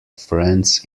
friends